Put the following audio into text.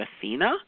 Athena